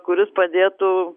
kuris padėtų